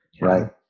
Right